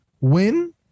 win